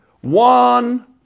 one